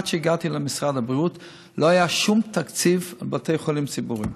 עד שהגעתי למשרד הבריאות לא היה שום תקציב לבתי חולים ציבוריים.